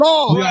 Lord